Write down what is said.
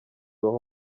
ibahe